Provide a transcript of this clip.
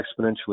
exponentially